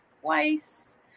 twice